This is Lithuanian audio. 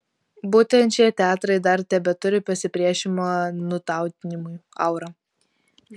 būtent šie teatrai dar tebeturi pasipriešinimo nutautinimui aurą